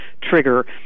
trigger